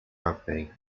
rugby